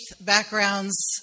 backgrounds